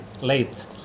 late